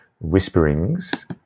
whisperings